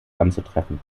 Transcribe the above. anzutreffen